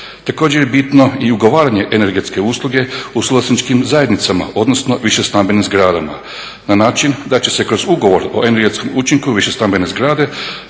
Također je bitno i ugovaranje energetske usluge u suvlasničkim zajednicama, odnosno više stambenim zagradama na način da će se kroz ugovor o energetskom učinku više stambene zgrade